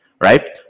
right